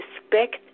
respect